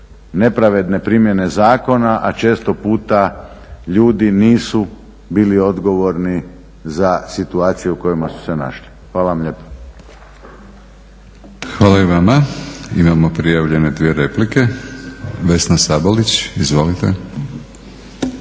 nepravedne primjene zakona, a često puta ljudi nisu bili odgovorni za situacije u kojima su se našli. Hvala vam lijepo. **Batinić, Milorad (HNS)** Hvala i vama. Imamo prijavljene dvije replike. Vesna Sabolić, izvolite.